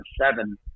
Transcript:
seven